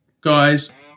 guys